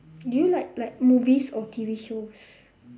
do you like like movies or T_V shows